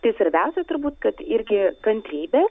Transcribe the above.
tai svarbiausia turbūt kad irgi kantrybė